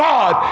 God